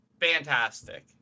fantastic